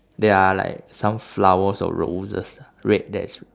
there are like some flowers or roses ah red that's